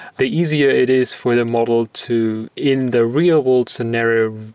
the easier it is for the model to, in the real-world scenario,